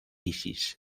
isis